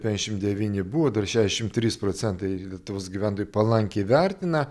penkiasdešimt devyni buvo dar šešiasdešimt trys procentai lietuvos gyventojų palankiai vertina